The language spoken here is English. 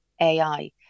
AI